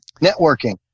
networking